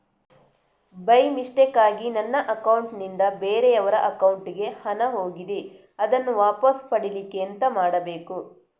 By ಮಿಸ್ಟೇಕಾಗಿ ನನ್ನ account ನಿಂದ ಬೇರೆಯವರ ಅಕೌಂಟ್ ಗೆ ಹಣ ಹೋಗಿದೆ ಅದನ್ನು ವಾಪಸ್ ಪಡಿಲಿಕ್ಕೆ ಎಂತ ಮಾಡಬೇಕು?